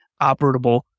operable